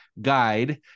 guide